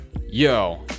Yo